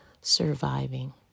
surviving